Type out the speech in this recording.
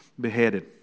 beheaded